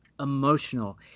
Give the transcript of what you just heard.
emotional